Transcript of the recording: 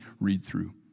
read-through